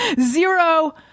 zero